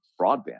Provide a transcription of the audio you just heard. broadband